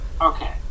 okay